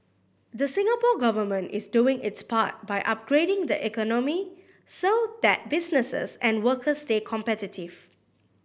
the Singapore Government is doing its part by upgrading the economy so that businesses and workers stay competitive